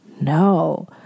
no